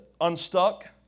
unstuck